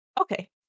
Okay